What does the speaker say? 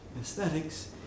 aesthetics